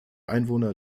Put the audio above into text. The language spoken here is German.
einwohner